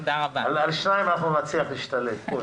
על שניים נצליח להשתלט.